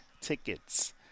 tickets